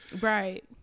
Right